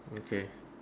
okay